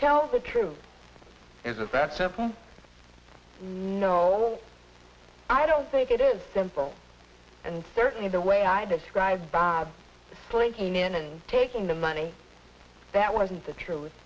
tell the truth isn't that simple no i don't think it is simple and certainly the way i described by blinking in and taking the money that wasn't the tru